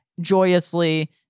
joyously